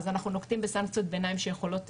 אז אנחנו נוקטים בסנקציות ביניים שיכולות